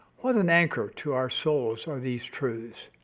what an anchor to our souls are these truths,